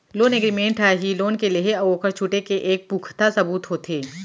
loan agreement ह ही loan के लेहे अउ ओखर छुटे के एक पुखता सबूत होथे